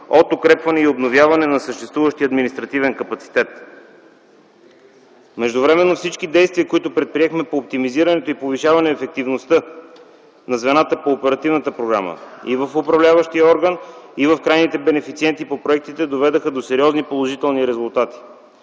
от укрепване и обновяване на съществуващия административен капацитет. Междувременно всички действия, които предприехме по оптимизиране и повишаване на ефективността на звената по оперативната програма – и в управляващия орган, и в крайните бенефициенти по проектите, доведоха до сериозни положителни резултати.